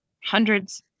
hundreds